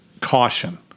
caution